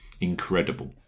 Incredible